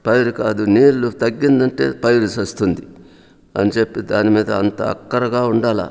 పైరు కాదు నీళ్లు తగ్గిందంటే పైరు చస్తుంది అని చెప్పి దాని మీద అంత అక్కరగా ఉండాలి